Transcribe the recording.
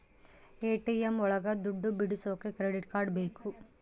ATM ಒಳಗ ದುಡ್ಡು ಬಿಡಿಸೋಕೆ ಕ್ರೆಡಿಟ್ ಕಾರ್ಡ್ ಬೇಕು